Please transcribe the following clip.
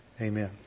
Amen